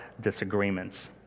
disagreements